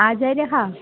आचार्यः